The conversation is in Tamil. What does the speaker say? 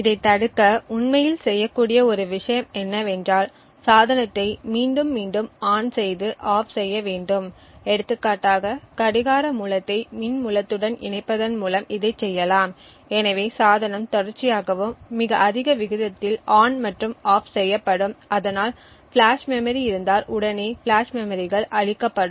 இதைத் தடுக்க உண்மையில் செய்யக்கூடிய ஒரு விஷயம் என்னவென்றால் சாதனத்தை மீண்டும் மீண்டும் ON செய்து OFF செய்ய வேண்டும் எடுத்துக்காட்டாக கடிகார மூலத்தை மின் மூலத்துடன் இணைப்பதன் மூலம் இதைச் செய்யலாம் எனவே சாதனம் தொடர்ச்சியாகவும் மிக அதிக விகிதத்தில் ON மற்றும் OFF செய்யப்படும் அதனால் ஃபிளாஷ் மெமரி இருந்தால் உடனே ஃபிளாஷ் மெமரிகள் அழிக்கப்படும்